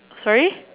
sorry